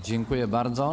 Dziękuję bardzo.